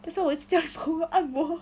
that's why 我这样按摩按摩